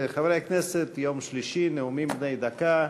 חברי הכנסת, יום שלישי, נאומים בני דקה.